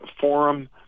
Forum